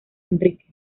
enrique